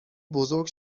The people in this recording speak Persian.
بزرگ